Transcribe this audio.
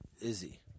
Izzy